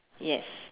yes